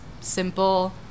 simple